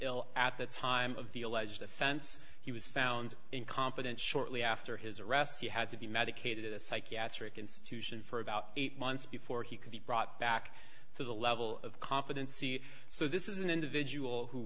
ill at the time of the alleged offense he was found incompetent shortly after his arrest he had to be medicated at a psychiatric institution for about eight months before he could be brought back to the level of competency so this is an individual who